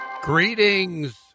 Greetings